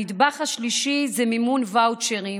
הנדבך השלישי הוא מימון ואוצ'רים.